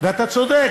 ואתה צודק,